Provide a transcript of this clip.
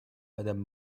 madame